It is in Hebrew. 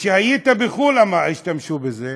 וכשהיית בחו"ל השתמשו בזה,